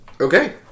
Okay